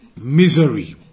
misery